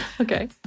Okay